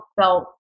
felt